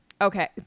okay